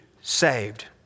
saved